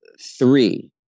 Three